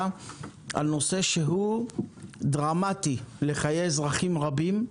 על נושא שהוא דרמטי לחיי אזרחים רבים,